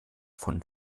von